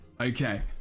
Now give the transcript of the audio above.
Okay